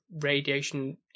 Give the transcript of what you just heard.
radiation